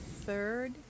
third